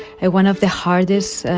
ah one of the hardest